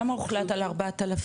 למה הוחלט על 4,000?